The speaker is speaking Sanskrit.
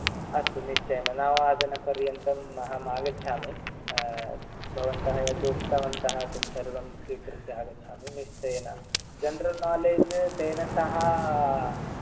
अस्तु निश्चयेन नववादनपर्यन्तम् अहम् आगच्छामि भवन्तः यद् उक्तवन्तः तद् सर्वं स्वीकृत्य आगच्छामि निश्चयेन जनरल् नालेज् तेन सह